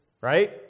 right